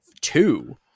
two